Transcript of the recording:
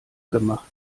gemacht